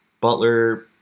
Butler